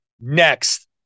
next